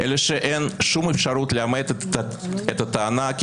אלא שאין שום אפשרות לאמת את הטענה כי